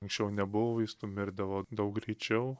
anksčiau nebuvo vaistų mirdavo daug greičiau